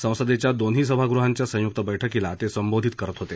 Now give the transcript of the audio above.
संसदेच्या दोन्ही सभागृहांच्या संयुक्त बैठकीला ते संबोधित करत होते